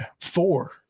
four